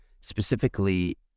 specifically